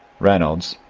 reynolds,